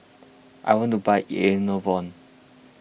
I want to buy Enervon